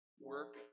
work